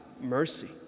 mercy